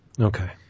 Okay